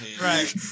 Right